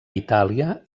itàlia